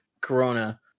corona